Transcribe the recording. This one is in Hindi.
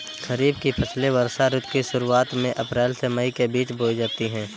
खरीफ की फसलें वर्षा ऋतु की शुरुआत में अप्रैल से मई के बीच बोई जाती हैं